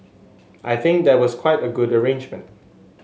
I think that was quite a good arrangement